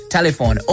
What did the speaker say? Telephone